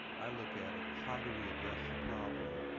i look at it, how do we address the problem?